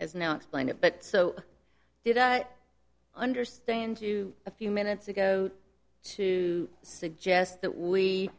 as now explain it but so did i understand you a few minutes ago to suggest that we